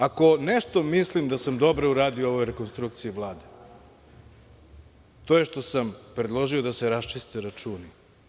Ako nešto mislim da sam dobro uradio u ovoj rekonstrukciji Vlade to je što sam predložio da se raščiste računi.